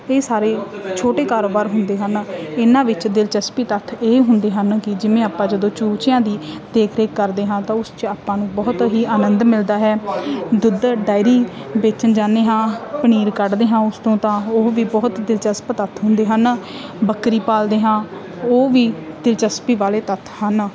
ਇਹ ਸਾਰੇ ਛੋਟੇ ਕਾਰੋਬਾਰ ਹੁੰਦੇ ਹਨ ਇਹਨਾਂ ਵਿੱਚ ਦਿਲਚਸਪੀ ਤੱਥ ਇਹ ਹੁੰਦੇ ਹਨ ਕਿ ਜਿਵੇਂ ਆਪਾਂ ਜਦੋਂ ਚੂਚਿਆਂ ਦੀ ਦੇਖ ਰੇਖ ਕਰਦੇ ਹਾਂ ਤਾਂ ਉਸ 'ਚ ਆਪਾਂ ਨੂੰ ਬਹੁਤ ਹੀ ਆਨੰਦ ਮਿਲਦਾ ਹੈ ਦੁੱਧ ਡਾਇਰੀ ਵੇਚਣ ਜਾਂਦੇ ਹਾਂ ਪਨੀਰ ਕੱਢਦੇ ਹਾਂ ਉਸ ਤੋਂ ਤਾਂ ਉਹ ਵੀ ਬਹੁਤ ਦਿਲਚਸਪ ਤੱਥ ਹੁੰਦੇ ਹਨ ਬੱਕਰੀ ਪਾਲਦੇ ਹਾਂ ਉਹ ਵੀ ਦਿਲਚਸਪੀ ਵਾਲੇ ਤੱਥ ਹਨ